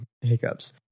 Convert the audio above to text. hiccups